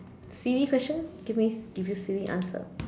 silly question give me give you silly answer